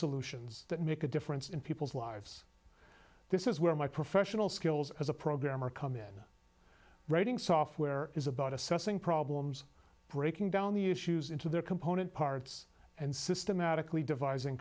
solutions that make a difference in people's lives this is where my professional skills as a programmer come in writing software is about assessing problems breaking down the issues into their component parts and systematically devis